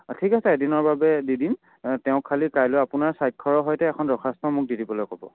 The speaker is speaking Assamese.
অঁ ঠিক আছে এদিনৰ বাবে দি দিম তেওঁক খালী কাইলৈ আপোনাৰ স্বাক্ষৰৰ সৈতে এখন দৰখাস্ত মোক দি দিবলৈ ক'ব